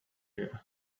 you